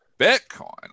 Bitcoin